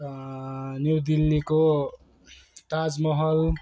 new दिल्लीको ताजमहल